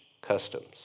customs